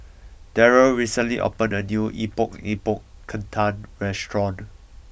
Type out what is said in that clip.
Daryl recently opened a new Epok Epok Kentang restaurant